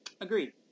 Agreed